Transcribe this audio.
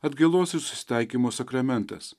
atgailos susitaikymo sakramentas